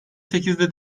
sekizde